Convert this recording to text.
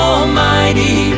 Almighty